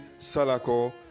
salako